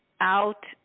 out